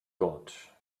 got